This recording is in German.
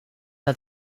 hat